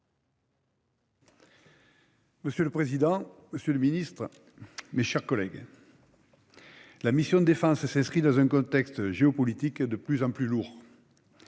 Monsieur le président, monsieur le ministre, mes chers collègues, la mission « Défense » s'inscrit dans un contexte géopolitique de plus en plus lourd.